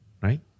right